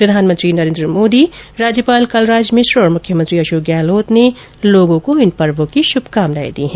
प्रधानमंत्री नरेन्द्र मोदी राज्यपाल कलराज मिश्र और मुख्यमंत्री अशोक गहलोत ने लोगों को इन पर्वों की शुभकामनाएं दी हैं